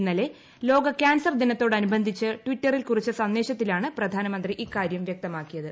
ഇന്നലെ ലോക കാൻസർ ദിനത്തോട് അനുബന്ധിച്ച് ടിറ്ററിൽ കുറിച്ച സന്ദേശത്തിലാണ് പ്രധാനമന്ത്രി ഇക്കാര്യം വ്യക്തമാക്കിയത്